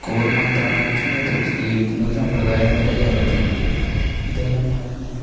സ്കോറുമാത്രം നോക്കിയത് പ്രസിദ്ധീകരിക്കുന്ന ഒരു സമ്പ്രദായം വരെ കേരളത്തിലുണ്ട് ഇതെല്ലാമാണ് നമ്മള്